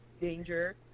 danger